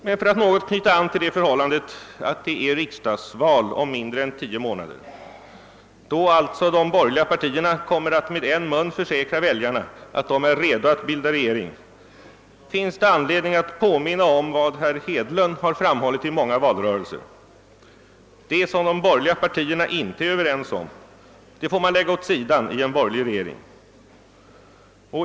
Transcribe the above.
Men för att något knyta an till det förhållandet att det är riksdagsval om mindre än tio månader, då alltså de borgerliga partierna kommer att med en mun försäkra väljarna att de är redo att bilda regering, finns det anledning påminna om vad herr Hedlund har framhållit i många valrörelser: det som de borgerliga partierna inte är överens om får man lägga åt sidan i en borgerlig regering.